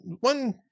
one